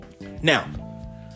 Now